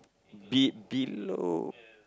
B below